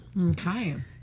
okay